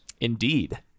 Indeed